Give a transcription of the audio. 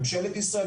ממשלת ישראל,